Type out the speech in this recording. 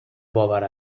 باور